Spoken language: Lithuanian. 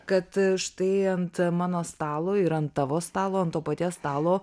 kad štai ant mano stalo ir ant tavo stalo ant to paties stalo